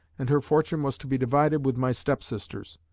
and her fortune was to be divided with my step-sisters.